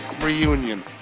reunion